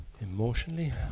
Emotionally